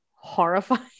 horrifying